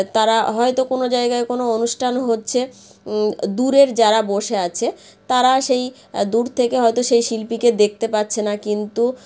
তারা হয়তো কোনো জায়গায় কোনো অনুষ্ঠান হচ্ছে দুরের যারা বসে আছে তারা সেই দূর থেকে হয়তো সেই শিল্পীকে দেখতে পাচ্ছে না কিন্তু